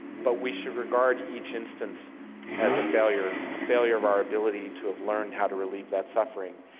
but we should regard each instance as a failure, a failure of our ability to have learned how to relieve that suffering,